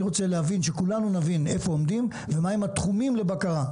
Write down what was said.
אני רוצה שכולנו נבין איפה עומדים ומהם התחומים לבקרה.